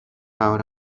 out